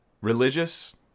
religious